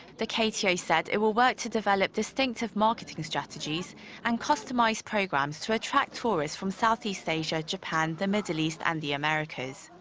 the kto yeah said it will work to develop distinctive marketing strategies and customized programs to attract tourists from southeast asia, japan, the middle east and the americas.